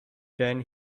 then